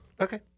Okay